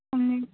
ਹਾਂਜੀ